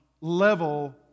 level